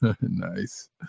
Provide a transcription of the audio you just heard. Nice